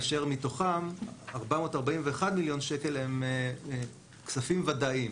ומתוכם 441 מיליון שקל הם כספים ודאיים.